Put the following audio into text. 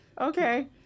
Okay